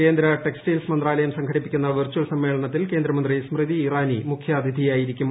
കേന്ദ്ര ടെക്സ്റ്റൈയിൽസ് മന്ത്രാലയം സംഘടിപ്പിക്കുന്ന വെർചൽ സമ്മേളനത്തിൽ കേന്ദ്രമന്ത്രി സ്മൃതി ഇറാനി മുഖ്യാതിഥിയായിരിക്കും